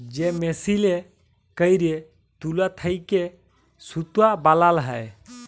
যে মেসিলে ক্যইরে তুলা থ্যাইকে সুতা বালাল হ্যয়